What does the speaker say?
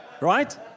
right